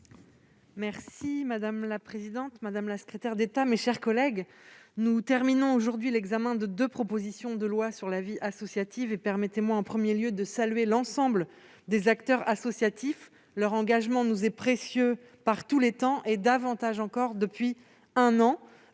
Madame la présidente, madame la secrétaire d'État, mes chers collègues, nous terminons aujourd'hui l'examen de deux propositions de loi sur la vie associative. Permettez-moi de saluer l'ensemble des acteurs associatifs. Leur engagement nous est précieux, par tous les temps, davantage encore depuis un an.